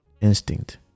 instinct